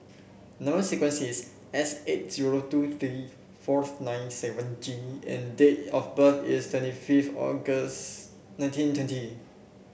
number sequence is S eight zero two three four nine seven G and date of birth is twenty fifth August nineteen twenty